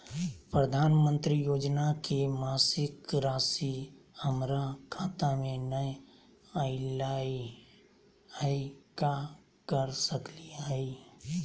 प्रधानमंत्री योजना के मासिक रासि हमरा खाता में नई आइलई हई, का कर सकली हई?